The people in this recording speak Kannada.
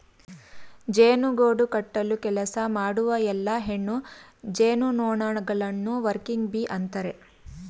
ಜೇನು ಗೂಡು ಕಟ್ಟಲು ಕೆಲಸ ಮಾಡುವ ಎಲ್ಲಾ ಹೆಣ್ಣು ಜೇನುನೊಣಗಳನ್ನು ವರ್ಕಿಂಗ್ ಬೀ ಅಂತರೆ